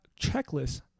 checklist